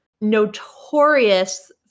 notorious